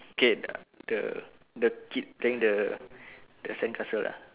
okay the the kid playing the the sandcastle uh